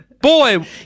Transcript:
Boy